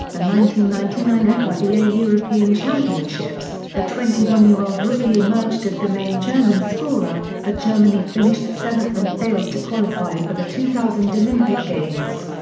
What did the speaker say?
ninety ninety nine fiba european championships, the twenty one year old rookie emerged as the main german scorer, but germany finished seventh and failed to qualify for the two thousand olympic games.